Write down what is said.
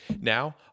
Now